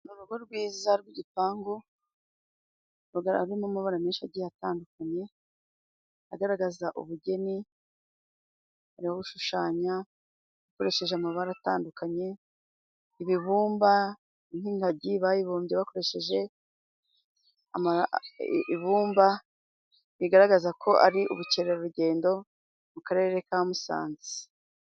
Mu rugo rwiza rw'igipangu, haba harimo amabara menshi agiye atandukanye, agaragaza ubugeni nko gushushanya, bakoresheje amabara atandukanye. Ibibumba nk'ingagi bayibumbye bakoresheje ibumba, bigaragaza ko ari ubukerarugendo, mu karere ka Musanze.